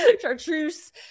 Chartreuse